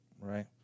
right